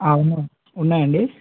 ఉన్నా ఉన్నాయండి